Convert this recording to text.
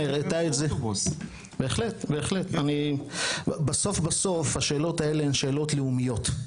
בסוף, השאלות האלה הן שאלות לאומיות.